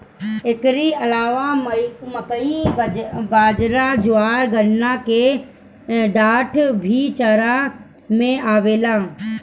एकरी अलावा मकई, बजरा, ज्वार, गन्ना के डाठ भी चारा में आवेला